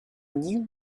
new